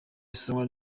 isomwa